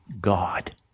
God